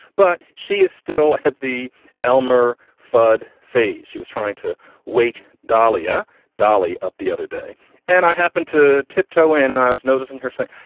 but she is still at the elmer fud phase. she was trying to wake daliah ah dolly up the other day and i happened to tiptoe in and i was noticing her saying,